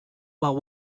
while